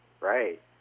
Right